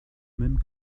même